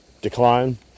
decline